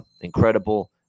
incredible